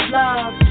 love